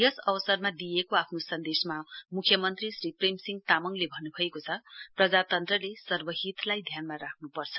यस अवसरमा दिइएको आफ्नो सन्देशमा मुख्य मन्त्री श्री प्रेमसिंह तामङले भन्नुभएको छ प्रजातन्त्रले सर्वहितलाई ध्यानमा राख्नुपर्छ